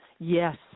Yes